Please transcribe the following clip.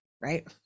right